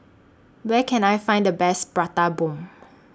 Where Can I Find The Best Prata Bomb